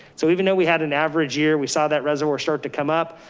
so even though we had an average year, we saw that reservoir start to come up.